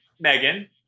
Megan